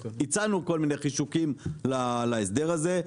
הצענו כל מיני חישוקים להסדר הזה,